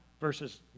verses